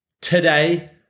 today